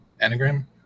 anagram